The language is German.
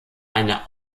eine